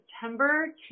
September